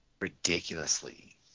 ridiculously